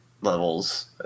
levels